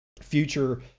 Future